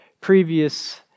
previous